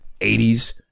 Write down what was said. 80s